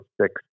six